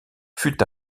fut